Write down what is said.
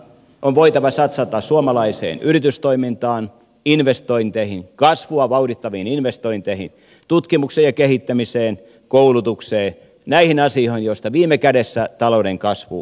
on voitava satsata suomalaiseen yritystoimintaan investointeihin kasvua vauhdittaviin investointeihin tutkimukseen ja kehittämiseen koulutukseen näihin asioihin joista viime kädessä talouden kasvu suomessakin syntyy